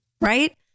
right